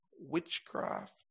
Witchcraft